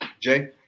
Jay